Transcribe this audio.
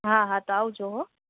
હા હા તો આવજો હો